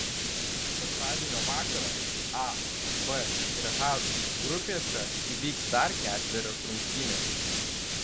šeštadienio vakarą a b ir h grupėse įvyks dar ketverios rungtynės